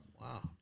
wow